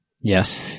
Yes